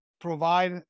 provide